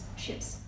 chips